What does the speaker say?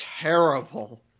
terrible